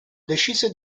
decise